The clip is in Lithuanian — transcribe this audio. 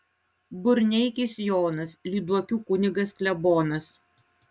burneikis jonas lyduokių kunigas klebonas